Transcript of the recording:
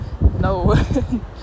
No